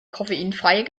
koffeinfreie